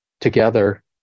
together